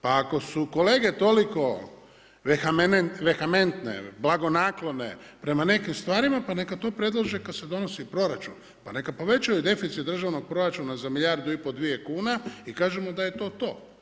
Pa ako su kolege toliko vehementne, blagonaklone prema nekim stvarima pa neka to predlože kad se donosi proračun, pa neka povećaju deficit državnog proračuna za milijardu i po, dvije kuna i kažemo da je to to.